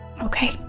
Okay